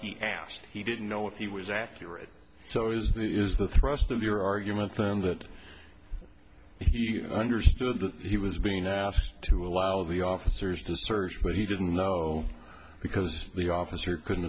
he asked he didn't know if he was accurate so it was that is the thrust of your argument them that he understood that he was being asked to allow the officers to search what he didn't know because the officer couldn't